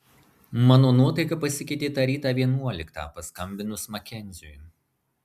mano nuotaika pasikeitė tą rytą vienuoliktą paskambinus makenziui